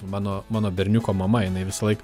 mano mano berniuko mama jinai visąlaik